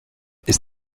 ist